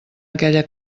aquella